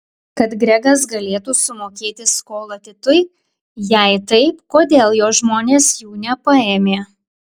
kad gregas galėtų sumokėti skolą titui jei taip kodėl jo žmonės jų nepaėmė